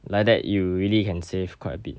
like that you really can save quite a bit